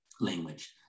language